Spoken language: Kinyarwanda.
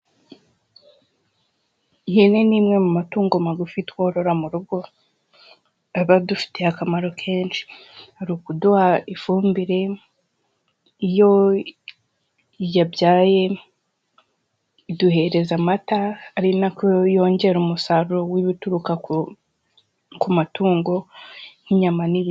Ihene ni imwe mu matungo magufi tworora mu rugo, aba adufitiye akamaro kenshi, hari ukuduha ifumbire, iyo yabyaye iduhereza amata, ari nako yongera umusaruro w'ibituruka ku matungo nk'inyama n'ibi....